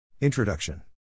Introduction